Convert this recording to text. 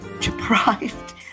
deprived